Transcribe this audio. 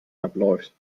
abläuft